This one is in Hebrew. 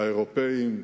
האירופים,